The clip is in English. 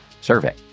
survey